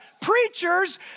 Preachers